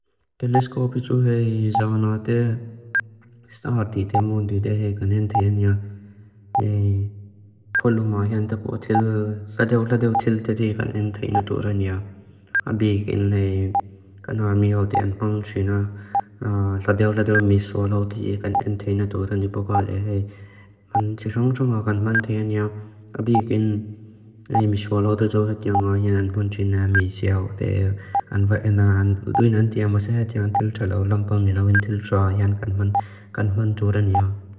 Péleskó pichú hei záanáate, sáártí témúndu idé hei kanéntéi ániá, kolumáa hént apó tél, ladéu ladéu tél tétéi kanéntéi natúr ániá. A bíkin hei kanámi áwdi án pánxú na, ladéu ladéu miswá láwdi kanéntéi natúr áni bókáa le hei. Man tí xóng xóng áwgan mántu iániá. A bíkin hei miswá láwdu zóu hát yáng áw yán án pánchú na mí xéaw. Té án va'an á án dúin án tí ámá sá hát yáng tíl tsá láw lámpá mi láwin tíl tsá á yán kanmán, kanmán zóu rániá.